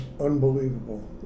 unbelievable